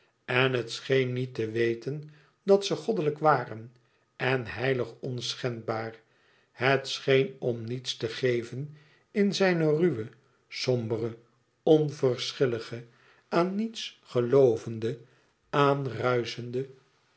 en het scheen niet te weten dat ze goddelijk waren en heilig onschendbaar het scheen om niets te geven in zijne ruwe sombere onverschillige aan niets geloovende